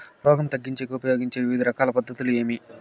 రోగం తగ్గించేకి ఉపయోగించే వివిధ రకాల పద్ధతులు ఏమి?